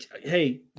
hey